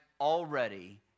already